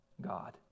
God